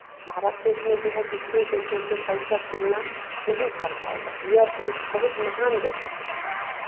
भारत देश में जो है दूसरे देशों से कल्चर तुलना नहीं कर पाएगा यह देश बहुत महान देश है